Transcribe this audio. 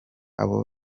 abo